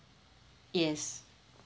yes